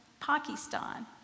Pakistan